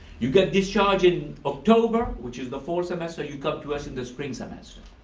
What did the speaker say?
you get discharged in october, which is the fall semester, you come to us in the spring semester.